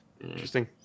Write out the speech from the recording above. Interesting